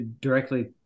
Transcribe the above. directly